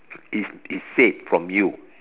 is is said from you